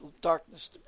darkness